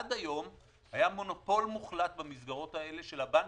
עד היום היה מונופול מוחלט במסגרות האלה של הבנקים,